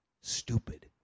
stupid